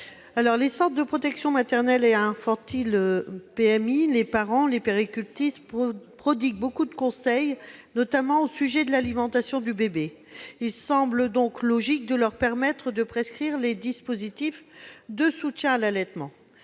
Les centres de protection maternelle et infantile, ou PMI, les parents, les puéricultrices prodiguent beaucoup de conseils, notamment au sujet de l'alimentation du bébé. Il semble donc logique de leur permettre de prescrire les dispositifs de soutien à l'allaitement.